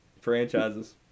Franchises